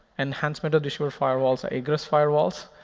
enhancement additional firewalls or egress firewalls.